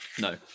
No